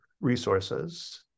resources